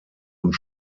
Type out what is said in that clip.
und